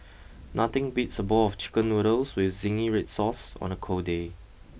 nothing beats a bowl of chicken noodles with zingy red sauce on a cold day